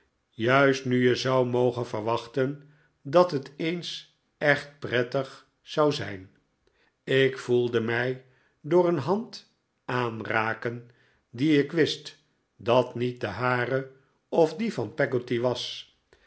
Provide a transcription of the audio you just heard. juist nu je zou mogen verwachten dat het eens echt iprettig zou zijn ik voelde mij door een hand aanraken die ik wist dat niet de hare of die van peggotty was